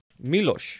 Milos